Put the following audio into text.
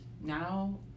now